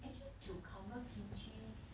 actually cucumber kimchi